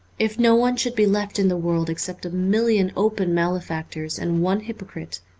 if no one should be left in the world except a million open male factors and one hypocrite,